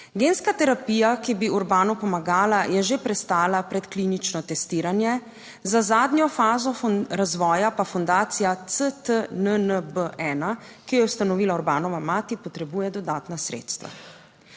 Genska terapija, ki bi Urban pomagala, je že prestala predklinično testiranje za zadnjo fazo razvoja pa fundacija CTNNB1, ki jo je ustanovila Urbanova mati. Potrebuje dodatna sredstva.